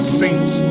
saints